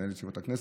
מנהל ישיבות הכנסת.